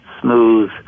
smooth